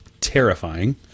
terrifying